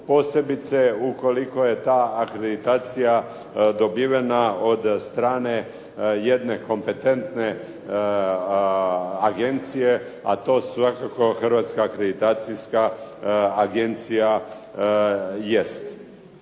posebice ukoliko je ta akreditacija dobivena od strane jedne kompetentne agencije, a to svakako Hrvatska akreditacijska agencije jest.